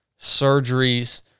surgeries